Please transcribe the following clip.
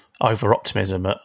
over-optimism